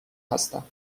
هستم